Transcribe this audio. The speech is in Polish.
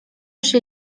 się